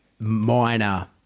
minor